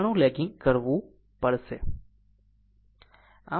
95 legging કરવું પડશે